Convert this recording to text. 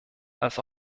als